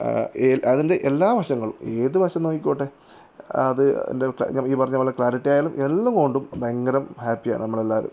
അതിൻ്റെ എല്ലാ വശങ്ങളും ഏത് വശം നോക്കിക്കോട്ടെ ഈ പറഞ്ഞ പോലെ ക്ലാരിറ്റി ആയാലും എല്ലാം കൊണ്ടും ഭയങ്കരം ഹാപ്പിയാണ് നമ്മളെല്ലാവരും